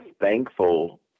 thankful